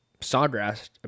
sawgrass